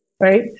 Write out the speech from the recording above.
right